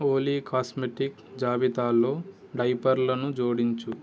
ఓలీ cosmetic జాబితాలో డైపర్లను జోడించు